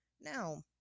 Now